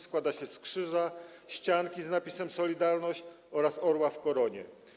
Składa się z krzyża, ścianki z napisem „Solidarność” oraz orła w koronie.